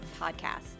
podcast